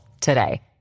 today